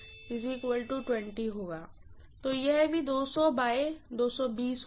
तो यह भी होगा